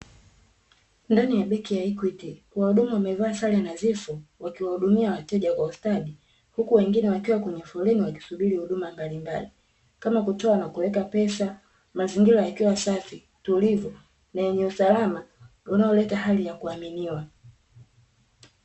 Ndani ya benki ya Equity, wahudumu wamevaa sare nadhifu wakiwahudumia wateja kwa ustadi, huku wengine wakiwa kwenye foleni wakisubiri huduma mbalimbali kama kutoa na kuweka pesa. Mazingira yakiwa safi, tulivu na yenye usalama unaoleta hali ya kuaminiwa.